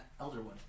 Elderwood